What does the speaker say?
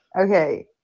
Okay